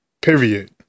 Period